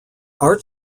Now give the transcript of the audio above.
art